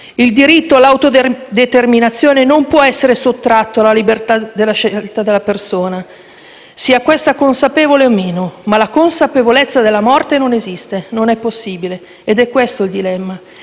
Il diritto all'autodeterminazione non può essere sottratto alla libera scelta della persona, sia questa consapevole o meno, ma la consapevolezza della morte non esiste, non è possibile ed è questo il dilemma.